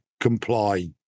comply